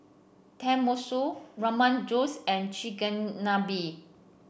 Tenmusu Rogan Josh and Chigenabe